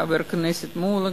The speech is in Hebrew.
חבר הכנסת מולה,